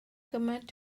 gymaint